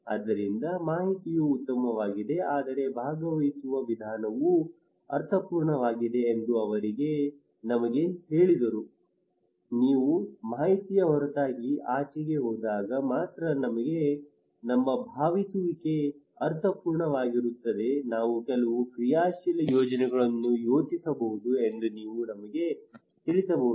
ಆದ್ದರಿಂದ ಮಾಹಿತಿಯು ಉತ್ತಮವಾಗಿದೆ ಆದರೆ ಭಾಗವಹಿಸುವ ವಿಧಾನವು ಅರ್ಥಪೂರ್ಣವಾಗಿದೆ ಎಂದು ಅವರು ನಮಗೆ ಹೇಳಿದರು ನೀವು ಮಾಹಿತಿಯ ಹೊರತಾಗಿ ಆಚೆಗೆ ಹೋದಾಗ ಮಾತ್ರ ನಮ್ಮ ಭಾಗವಹಿಸುವಿಕೆ ಅರ್ಥಪೂರ್ಣವಾಗಿರುತ್ತದೆ ನಾವು ಕೆಲವು ಕ್ರಿಯಾಶೀಲ ಯೋಜನೆಗಳನ್ನು ಯೋಜಿಸಬಹುದು ಎಂದು ನೀವು ನಮಗೆ ತಿಳಿಸಬಹುದು